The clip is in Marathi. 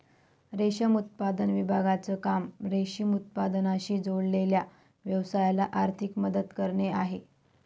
रेशम उत्पादन विभागाचं काम रेशीम उत्पादनाशी जोडलेल्या व्यवसायाला आर्थिक मदत करणे आहे